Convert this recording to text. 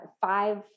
five